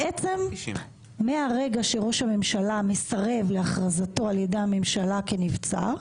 בעצם מהרגע שראש הממשלה מסרב להכרזתו על ידי הממשלה כנבצר,